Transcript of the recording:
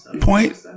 point